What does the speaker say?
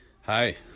Hi